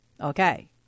okay